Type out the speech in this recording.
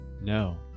No